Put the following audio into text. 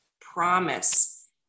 promise